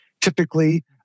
typically